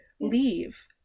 leave